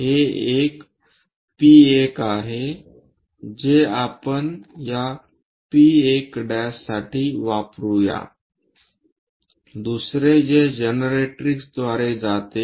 हे एक P1 आहे जे आपण या P1' साठी वापरूया दुसरे जे जनरेट्रिक्सद्वारे जाते